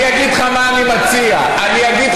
מה אתה מציע?